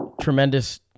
tremendous